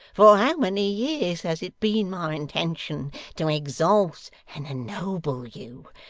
for how many years has it been my intention to exalt and ennoble you!